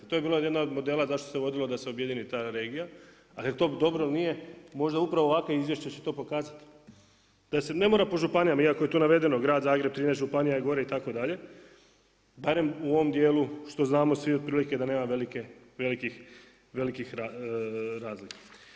To je bio jedan od modela zašto se uvodilo da se objedini ta regija, ali je li to dobro ili nije, možda upravo ovakva izvješća će to pokazat, da se ne mora po županijama, iako je to navedeno grad Zagreb, 13 županija je gore itd., barem u ovom dijelu što znamo svi otprilike da nema velikih razlika.